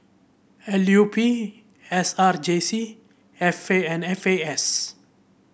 L U P S R J C F A and F A S